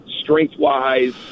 strength-wise